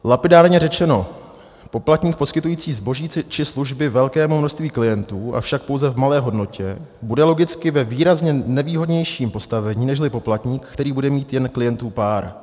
Lapidárně řečeno, poplatník poskytující zboží či služby velkému množství klientů, avšak pouze v malé hodnotě, bude logicky ve výrazně nevýhodnějším postavení, nežli poplatník, který bude mít těch klientů jen pár.